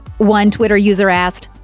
one twitter user asked,